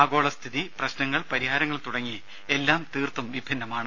ആഗോള സ്ഥിതി പ്രശ്നങ്ങൾ പരിഹാരങ്ങൾ തുടങ്ങി എല്ലാം തീർത്തും വിഭിന്നമാണ്